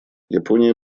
япония